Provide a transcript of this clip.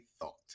thought